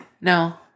No